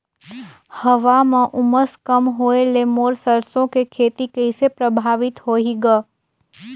हवा म उमस कम होए ले मोर सरसो के खेती कइसे प्रभावित होही ग?